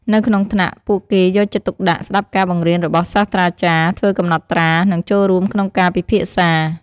នៅក្នុងថ្នាក់ ពួកគេយកចិត្តទុកដាក់ស្ដាប់ការបង្រៀនរបស់សាស្រ្តាចារ្យ ធ្វើកំណត់ត្រា និងចូលរួមក្នុងការពិភាក្សា។